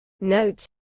note